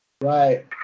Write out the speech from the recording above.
Right